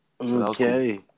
Okay